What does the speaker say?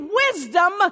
wisdom